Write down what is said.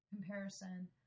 comparison